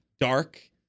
dark